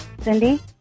Cindy